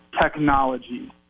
technology